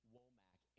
Womack